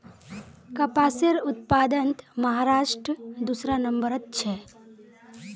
कपासेर उत्पादनत महाराष्ट्र दूसरा नंबरत छेक